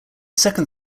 second